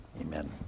Amen